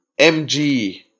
MG